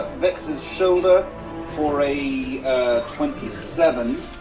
vex's shoulder for a twenty seven.